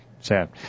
Sad